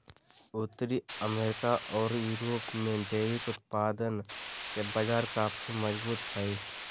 उत्तरी अमेरिका ओर यूरोप में जैविक उत्पादन के बाजार काफी मजबूत हइ